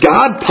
God